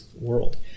world